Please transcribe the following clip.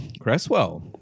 Cresswell